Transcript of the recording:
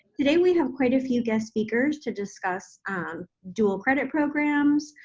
today we have quite a few guest speakers to discuss um dual credit programs.